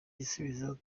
gisubizo